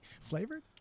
Flavored